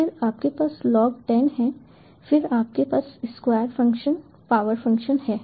फिर आपके पास लॉग 10 है फिर आपके पास स्क्वायर फ़ंक्शन पावर फ़ंक्शन है